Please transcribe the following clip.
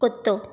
कुतो